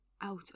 out